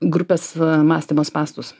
grupės mąstymo spąstus